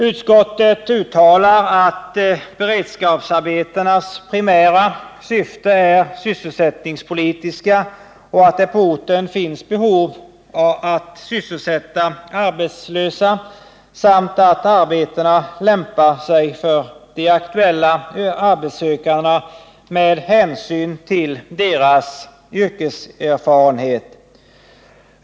Utskottet uttalar att beredskapsarbetenas primära syfte är sysselsättningspolitiskt, att det på orten finns behov av att sysselsätta arbetslösa samt att arbetena lämpar sig för de aktuella arbetssökandena med hänsyn till deras yrkeserfarenhet.